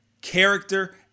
character